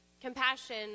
Compassion